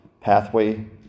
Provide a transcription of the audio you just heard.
pathway